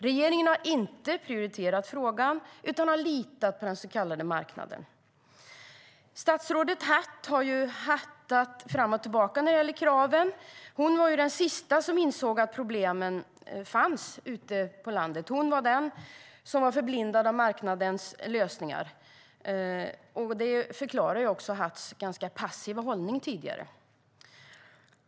Regeringen har inte prioriterat frågan utan har litat på den så kallade marknaden. Statsrådet Hatt har hattat fram och tillbaka när det gäller kraven. Hon var den sista som insåg att problemen fanns ute i landet. Hon var förblindad av marknadens lösningar. Det förklarar Hatts ganska passiva hållning tidigare.